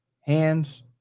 hands